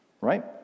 right